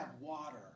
water